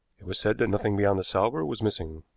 it was said that nothing beyond the salver was missing.